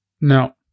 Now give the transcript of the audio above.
no